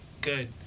good